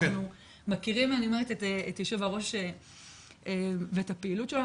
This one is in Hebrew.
אנחנו מכירים את יושב הראש ואת הפעילות שלו,